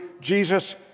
Jesus